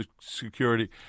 security